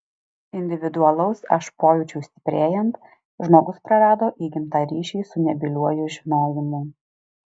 individualaus aš pojūčiui stiprėjant žmogus prarado įgimtą ryšį su nebyliuoju žinojimu